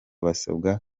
basabwa